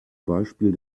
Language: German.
beispiel